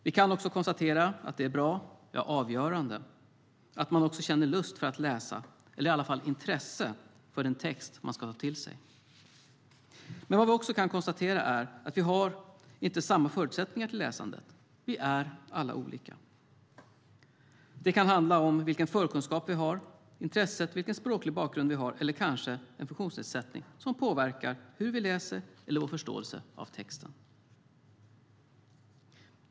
Vi kan konstatera att det är bra, ja avgörande, att man känner lust för att läsa eller i alla fall intresse för den text man ska ta till sig. Men vad vi också kan konstatera är att vi inte har samma förutsättningar för läsandet. Vi är alla olika. Det kan handla om vilken förkunskap vi har, intresset, vilken språklig bakgrund vi har eller kanske en funktionsnedsättning som påverkar hur vi läser eller vår förståelse av texten.